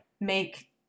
make